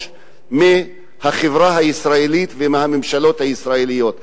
מהחברה הישראלית ומהממשלות הישראליות.